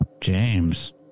James